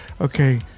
okay